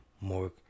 More